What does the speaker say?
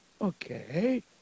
Okay